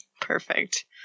Perfect